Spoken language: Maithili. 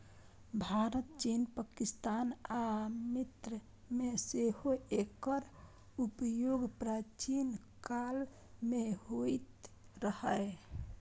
भारत, चीन, पाकिस्तान आ मिस्र मे सेहो एकर उपयोग प्राचीन काल मे होइत रहै